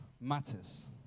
matters